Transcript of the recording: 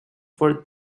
for